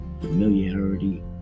familiarity